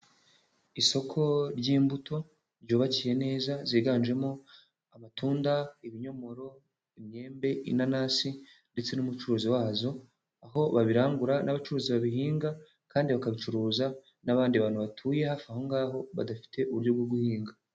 Isoko ry'imbuto ryubakiye neza ziganjemo amatunda, ibinyomoro, imyembe, inanasi ndetse n'umucuruzi wazo, aho babirangura n'abacuruzi babihinga kandi bakabicuruza n'abandi bantu batuye hafi aho ngaho badafite uburyo bwo guhinga.